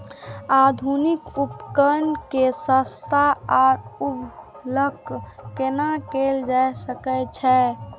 आधुनिक उपकण के सस्ता आर सर्वसुलभ केना कैयल जाए सकेछ?